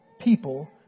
people